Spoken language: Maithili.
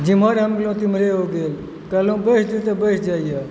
जिमहर हम गेलहुँ तिमहरे ओ गेल कहलहुँ बैस जो तऽ बैस जाइए